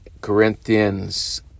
Corinthians